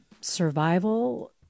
survival